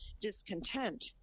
discontent